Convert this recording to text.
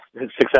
success